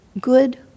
good